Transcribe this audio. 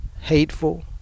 hateful